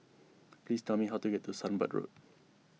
please tell me how to get to Sunbird Road